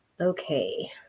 okay